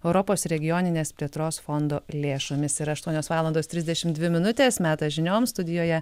europos regioninės plėtros fondo lėšomis ir aštuonios valandos trisdešimt dvi minutės metas žinioms studijoje